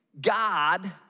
God